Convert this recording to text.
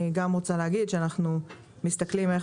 אני גם רוצה להגיד שאנחנו מסתכלים איך